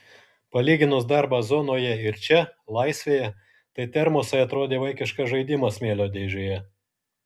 palyginus darbą zonoje ir čia laisvėje tai termosai atrodė vaikiškas žaidimas smėlio dėžėje